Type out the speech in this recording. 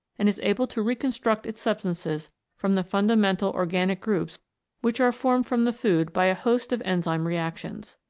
and is able to reconstruct its substances from the fundamental organic groups which are formed from the food by a host of enzyme re actions.